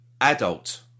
adult